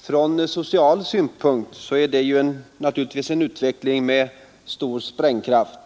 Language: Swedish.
Från social synpunkt är naturligtvis detta en utveckling med stor sprängkraft.